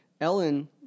Ellen